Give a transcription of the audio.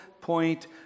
point